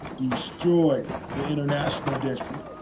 destroy the international districts.